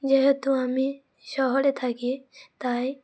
যেহেতু আমি শহরে থাকি তাই